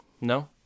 No